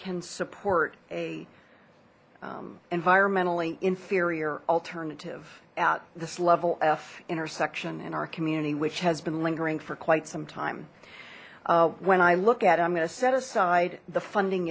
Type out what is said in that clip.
can support a environmentally inferior alternative at this level f intersection in our community which has been lingering for quite some time when i look at i'm going to set aside the fun